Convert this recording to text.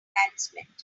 enhancement